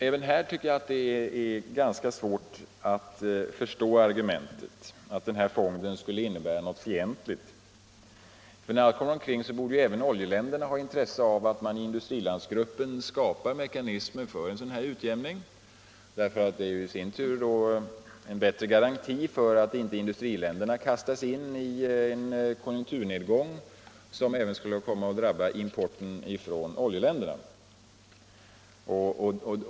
Även här tycker jag att det är ganska svårt att förstå argumentet, att fonden skulle innebära något fientligt. När allt kommer omkring borde även oljeländerna ha intresse av att det inom i-landsgruppen skapas mekanismer för en sådan utjämning, därför att det i sin tur innebär en bättre garanti för att inte i-länderna kastas in i en konjunkturnedgång som även skulle drabba importen från oljeländerna.